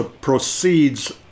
proceeds